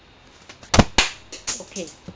okay